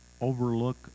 overlook